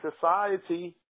society